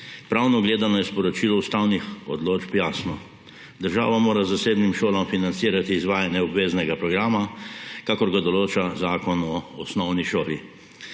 Pravno gledano je sporočilo ustavnih odločb jasno. Država mora zasebnim šolam financirati izvajanje obveznega programa, kakor ga določa Zakon o osnovni šoli.